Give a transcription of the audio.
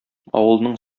авылның